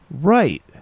Right